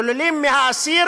שוללים מהאסיר